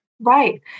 Right